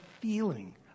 feeling